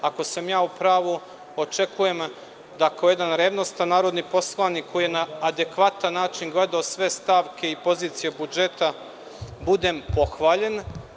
Ako sam u pravu, očekujem da kao jedan revnosan narodni poslanik koji je na adekvatan način gledao sve stavke i pozicije budžeta budem pohvaljen.